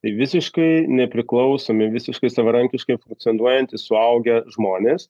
tai visiškai nepriklausomi visiškai savarankiškai funkcionuojantys suaugę žmonės